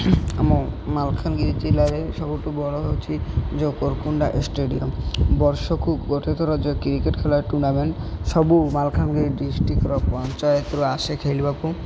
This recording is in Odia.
ଆମ ମାଲକାନଗିରି ଜିଲ୍ଲାରେ ସବୁଠୁ ବଡ଼ ହେଉଛି ଯେଉଁ କୋରକୁଣ୍ଡା ଷ୍ଟାଡ଼ିୟମ୍ ବର୍ଷକୁ ଗୋଟେ ଥର ଯେଉଁ କ୍ରିକେଟ୍ ଖେଳ ଟୁର୍ଣ୍ଣାମେଣ୍ଟ ସବୁ ମାଲକାନଗିରି ଡିଷ୍ଟ୍ରିକ୍ଟର ପଞ୍ଚାୟତରୁ ଆସେ ଖେଳିବାକୁ